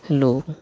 hello